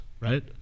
right